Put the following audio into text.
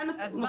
את צודקת.